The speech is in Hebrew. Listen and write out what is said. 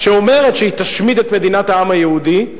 שאומרת שהיא תשמיד את מדינת העם היהודי,